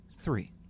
three